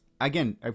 again